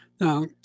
Now